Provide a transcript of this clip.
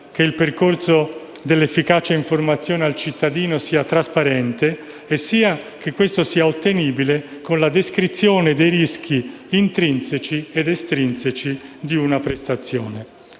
che il percorso dell'efficace informazione al cittadino sia non solo trasparente, ma anche ottenibile con la descrizione dei rischi intrinseci ed estrinseci di una prestazione.